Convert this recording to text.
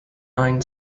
nine